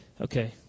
Okay